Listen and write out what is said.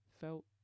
felt